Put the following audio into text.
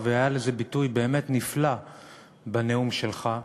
והיה לזה ביטוי באמת נפלא בנאום שלך,